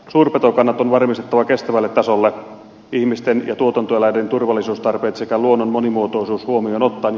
suurpetokannat on varmistettava kestävälle tasolle ihmisten ja tuotantoeläinten turvallisuustarpeet sekä luonnon monimuotoisuus huomioon ottaen